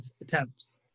attempts